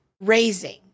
raising